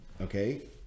Okay